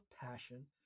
passion